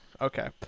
Okay